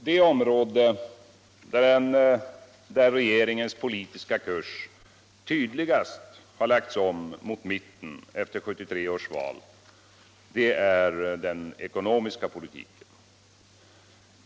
Det område där regeringens politiska kurs tydligast har lagts om mot mitten efter 1973 års val är den ekonomiska politiken.